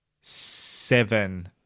seven